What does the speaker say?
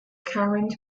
current